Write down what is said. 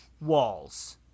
walls